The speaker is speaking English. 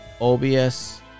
obs